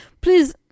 Please